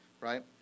right